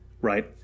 right